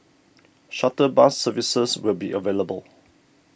shuttle bus services will be available